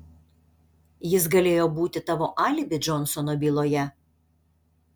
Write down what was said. jis galėjo būti tavo alibi džonsono byloje